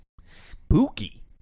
spooky